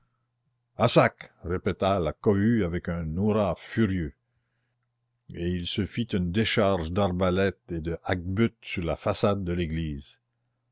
à sac répéta la cohue avec un hourra furieux et il se fit une décharge d'arbalètes et de hacquebutes sur la façade de l'église